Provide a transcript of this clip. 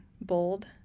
bold